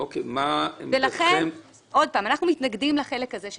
מה עמדתכם --- אנחנו מתנגדים לחלק הזה של